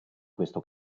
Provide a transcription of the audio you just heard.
questo